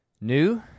New